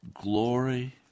Glory